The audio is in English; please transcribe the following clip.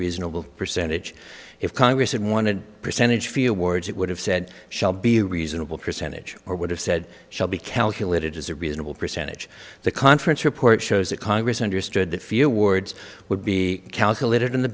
reasonable percentage if congress had wanted a percentage few words it would have said shall be reasonable percentage or would have said shall be calculated as a reasonable percentage of the conference report shows that congress understood that few words would be calculated on the